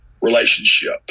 relationship